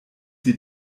sie